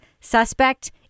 Suspect